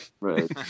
Right